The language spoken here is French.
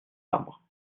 arbres